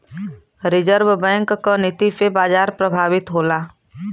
reserve bank क नीति से बाजार प्रभावित होला